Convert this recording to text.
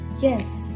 yes